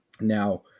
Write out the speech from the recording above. Now